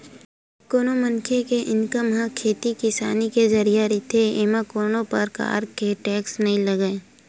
कोनो मनखे के इनकम ह खेती किसानी के जरिए होथे एमा कोनो परकार के टेक्स नइ लगय